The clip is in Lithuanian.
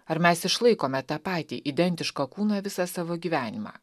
ar mes išlaikome tą patį identišką kūną visą savo gyvenimą